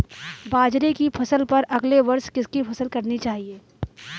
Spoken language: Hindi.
बाजरे की फसल पर अगले वर्ष किसकी फसल करनी चाहिए?